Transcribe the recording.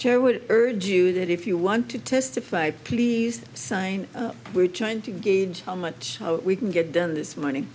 chair would urge you if you want to testify please sign we're trying to gauge how much we can get done this money